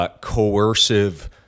coercive